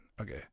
Okay